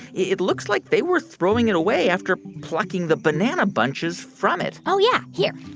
it looks like they were throwing it away after plucking the banana bunches from it oh, yeah. here.